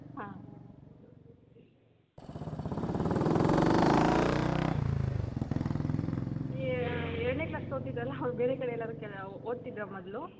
ಹಾಂ ಈ ಏ ಎರಡನೆ ಕ್ಲಾಸ್ ಓದ್ತಿದ್ರಲ್ಲ ಅವ್ಳು ಬೇರೆ ಕಡೆ ಎಲ್ಲಾದರು ಕೆ ಓದ್ತಿದ್ರಾ ಮೊದಲು